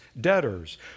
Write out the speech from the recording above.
debtors